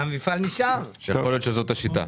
יכול להיות שזאת השיטה.